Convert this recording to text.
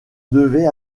devait